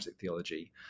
theology